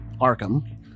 Arkham